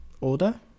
order